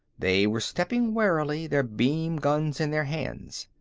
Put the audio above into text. they were stepping warily, their beam guns in their hands.